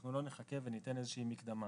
אנחנו לא נחכה וניתן איזושהי מקדמה.